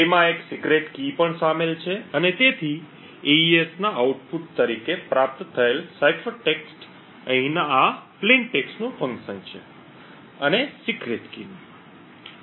તેમાં એક secret key પણ શામેલ છે અને તેથી એઇએસ ના આઉટપુટ તરીકે પ્રાપ્ત થયેલ સાઇફર ટેક્સ્ટ અહીંના આ સાદા લખાણનું ફંકશન છે અને સિક્રેટ કી